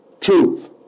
truth